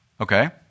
Okay